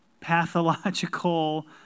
pathological